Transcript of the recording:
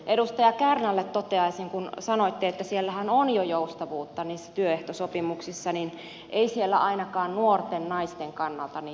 edustaja kärnälle toteaisin kun sanoitte että siellähän on jo joustavuutta niissä työehtosopimuksissa että ei siellä ainakaan nuorten naisten kannalta sitä ole